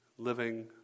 living